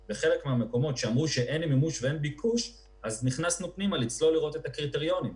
במקומות שאמרו שאין מימוש ואין ביקוש נכנסנו כדי לראות את הקריטריונים.